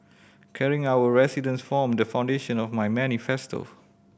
caring our residents form the foundation of my manifesto